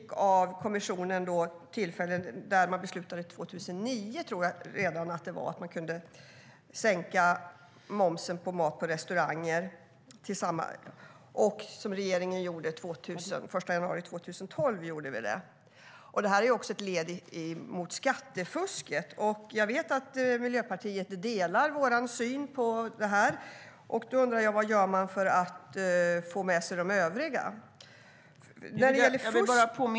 Kommissionen beslutade redan 2009, tror jag att det var, att man kunde sänka momsen på mat på restauranger, och det gjorde regeringen den 1 januari 2012. Det är också ett led i arbetet mot skattefusket. Jag vet att Miljöpartiet delar vår syn på det här, och då undrar jag vad man gör för att få med sig de övriga. Ja, jag vet det.